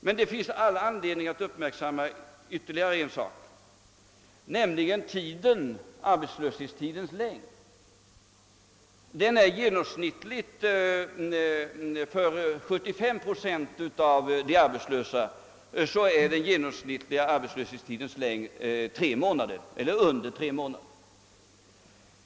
Men man har anledning att ytterligare uppmärksamma en sak, nämligen arbetslöshetstidens längd. För 75 procent av de arbetslösa är den omkring tre månader i genomsnitt eller därunder.